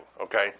okay